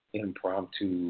impromptu